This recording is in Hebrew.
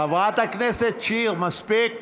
חברת הכנסת שיר, מספיק.